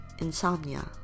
insomnia